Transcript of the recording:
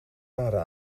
waren